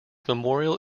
memorial